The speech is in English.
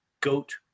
goat